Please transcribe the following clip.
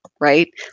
right